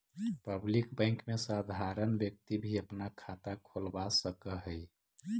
public bank में साधारण व्यक्ति भी अपना खाता खोलवा सकऽ हइ